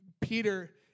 Peter